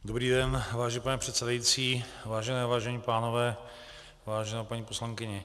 Dobrý den, vážený pane předsedající, vážené dámy, vážení pánové, vážená paní poslankyně.